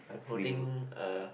I'm holding a